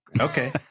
okay